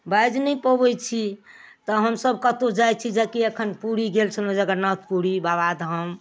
बाजि नहि पबै छी तऽ हमसभ कतौ जाइ छी जेकि एखन पुरी गेल छलहुॅं जगरनाथपुरी बाबाधाम